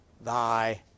Thy